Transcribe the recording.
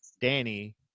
Danny